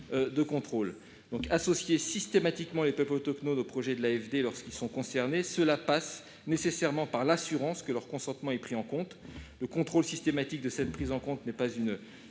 de contrôle. » Aussi, associer systématiquement les peuples autochtones au projet de l'AFD, lorsqu'ils sont concernés, passe nécessairement par l'assurance que leur consentement est pris en compte. Le contrôle systématique de cette prise en compte n'est pas une